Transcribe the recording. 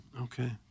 Okay